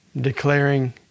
declaring